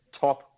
top